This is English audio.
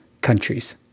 countries